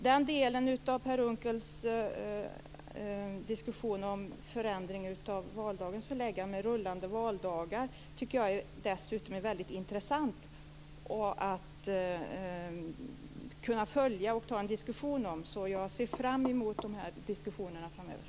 Det som Per Unckel sade om en förändring av valdagens förläggande med rullande valdagar tycker jag dessutom är mycket intressant att följa och diskutera. Jag ser därför fram emot dessa diskussioner framöver.